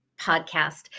podcast